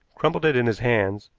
crumbled it in his hands,